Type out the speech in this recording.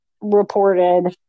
reported